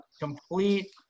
Complete